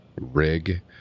rig